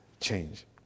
change